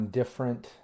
different